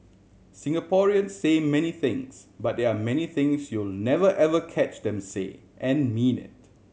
Singaporeans say many things but there are many things you'll never ever catch them say and mean it